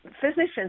Physicians